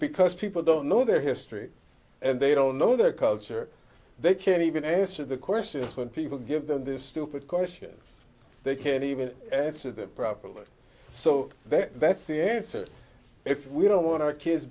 because people don't know their history and they don't know their culture they can't even ask the questions when people give them this stupid question they can even add to that properly so that that's the answer if we don't want our kids